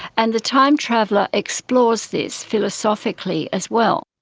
and the time traveller explores this philosophically as well.